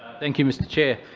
thank you, mr chair.